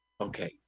Okay